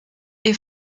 est